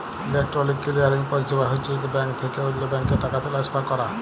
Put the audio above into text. electronic clearing পরিছেবা হছে ইক ব্যাংক থ্যাইকে অল্য ব্যাংকে টাকা টেলেসফার ক্যরা